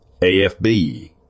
AFB